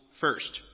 first